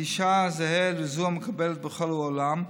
הגישה זהה לזו המקובלת בכל העולם,